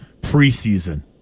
preseason